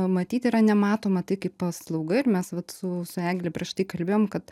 matyt yra nematoma tai kaip paslauga ir mes vat su su egle prieš tai kalbėjom kad